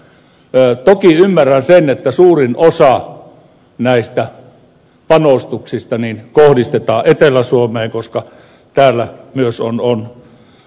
toki ymmärrän sen että suurin osa näistä panostuksista kohdistetaan etelä suomeen koska täällä myös ovat liikennetiheydet suurimmat